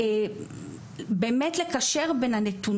מיכל נוימן היא עם ניסיון רב מאוד במערכת ההשכלה הגבוהה.